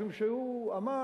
משום שהוא אמר,